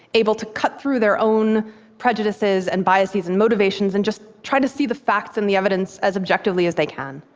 able to cut through their own prejudices and biases and motivations and just try to see the facts and the evidence as objectively as they can?